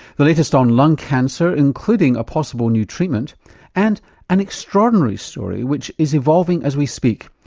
the latest on lung cancer including a possible new treatment and an extraordinary story which is evolving as we speak.